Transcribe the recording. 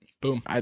Boom